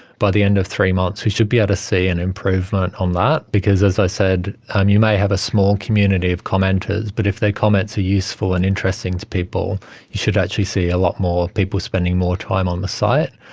by the end of three months we should be able ah to see an improvement on that because, as i said, um you may have a small community of commenters, but if their comments are useful and interesting to people you should actually see a lot more people spending more time on the site.